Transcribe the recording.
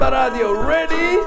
ready